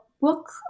book